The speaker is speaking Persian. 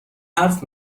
حرف